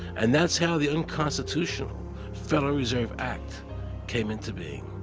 and that's how the inconstitutional federal reserve act came in to be.